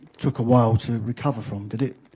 took a while to recover from, did it?